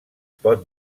pot